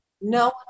No